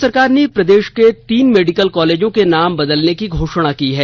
राज्य सरकार ने प्रदेश के तीन मेडिकल कॉलेजों के नाम बदलने की घोषणा की है